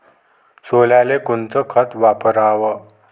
सोल्याले कोनचं खत वापराव?